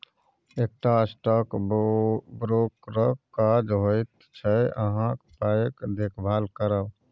एकटा स्टॉक ब्रोकरक काज होइत छै अहाँक पायक देखभाल करब